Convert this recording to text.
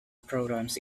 programs